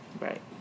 Right